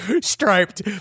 striped